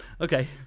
Okay